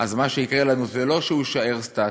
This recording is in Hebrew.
אז מה שיקרה לנו זה לא שהוא יישאר סטטי,